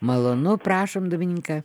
malonu prašom domininka